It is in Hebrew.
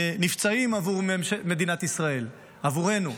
נפצעים עבור מדינת ישראל, עבורנו.